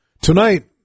Tonight